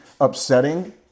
upsetting